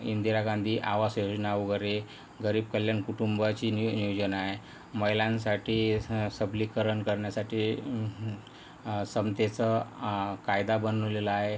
इंदिरा गांधी आवास योजना वगैरे गरीब कल्याण कुटुंबाची नियोजन आहे महिलांसाठी सबलीकरण करण्यासाठी समतेचा कायदा बनवलेला आहे